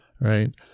Right